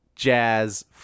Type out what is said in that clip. jazz